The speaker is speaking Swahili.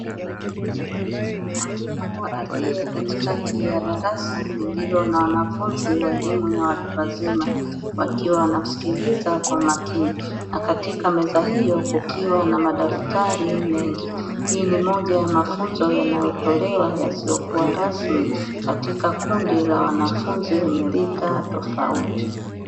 Mwalimu aliye katikati ya darasa lililo na Wanafunzi Elimu ya Watu wazima wakiwa wanamsikiliza kwamakini nakatika meza hiyo kukiwa kunamadaftari mengi, hii ni moja yamafunzo yanayotolewa yasiyokuwa rasmi katika kundi la wanafunzi wenyelika tofautitofauti.